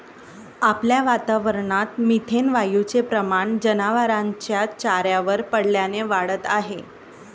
आपल्या वातावरणात मिथेन वायूचे प्रमाण जनावरांच्या चाऱ्यावर पडल्याने वाढत आहे